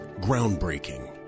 Groundbreaking